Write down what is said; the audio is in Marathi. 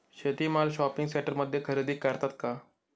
शेती माल शॉपिंग सेंटरमध्ये खरेदी करतात का?